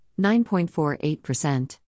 9.48%